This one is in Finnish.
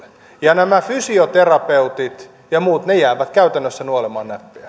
ja nämä fysioterapeutit ja muut jäävät käytännössä nuolemaan näppejään